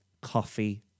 coffee